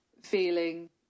feeling